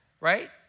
Right